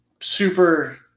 super –